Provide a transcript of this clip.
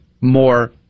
more